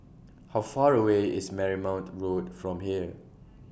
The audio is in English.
How Far away IS Marymount Road from here